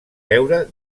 veure